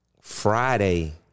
Friday